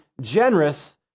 generous